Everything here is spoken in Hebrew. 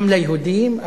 גם ליהודים,